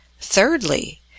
Thirdly